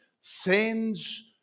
sends